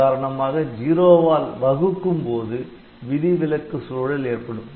உதாரணமாக '0' வால் வகுக்கும்போது விதிவிலக்கு சூழல் ஏற்படும்